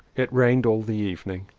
it rained all the evening.